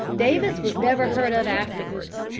davis was never heard of afterwards.